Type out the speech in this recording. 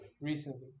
recently